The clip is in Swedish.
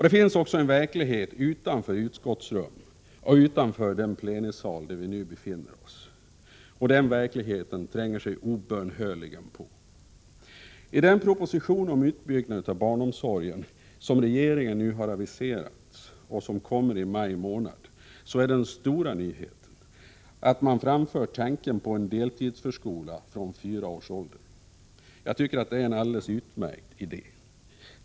Det finns också en verklighet utanför utskottsrum och utanför den plenisal där vi nu befinner oss. Och den tränger sig obönhörligen på. I den proposition om utbyggnad av barnomsorgen som regeringen nu har aviserat och som kommer i maj månad är den stora nyheten att man framför tanken på deltidsförskola för barn från fyra års ålder. Jag tycker det är en alldeles utmärkt idé.